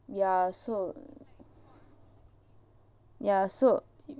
ya so ya so